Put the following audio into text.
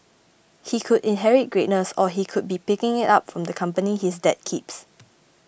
he could inherit greatness or he could be picking it up from the company his dad keeps